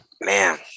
Man